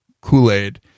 Kool-Aid